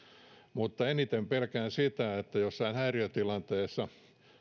mutta eniten pelkään sitä että jossain häiriötilanteessa